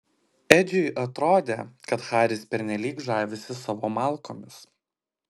edžiui atrodė kad haris pernelyg žavisi savo malkomis